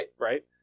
Right